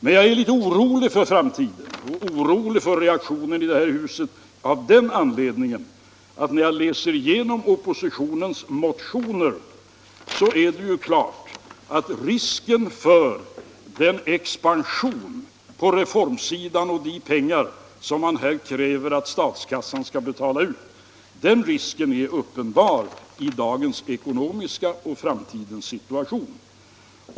Men jag är litet orolig för framtiden och orolig för reaktionen i det här huset sedan jag läst igenom oppositionens motioner och sett hur mycket pengar man där kräver att statskassan skall betala ut för expansion på reformsidan. Riskerna här är ju uppenbara i dagens och framtidens ekonomiska situation.